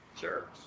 sure